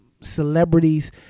celebrities